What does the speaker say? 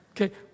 Okay